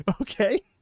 Okay